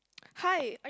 hi